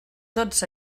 tots